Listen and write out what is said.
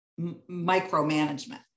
micromanagement